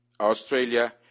Australia